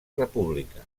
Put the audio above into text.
república